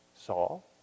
Saul